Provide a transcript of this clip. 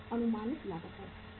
यह अनुमानित लागत है